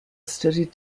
studied